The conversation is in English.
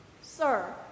Sir